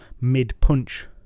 mid-punch